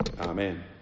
Amen